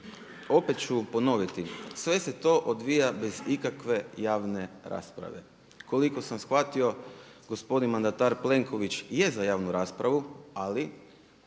opet ću ponoviti, sve se to odvija bez ikakve javne rasprave. Koliko sam shvatio, gospodin mandatar Plenković je za javnu raspravu ali